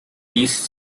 east